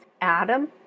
Adam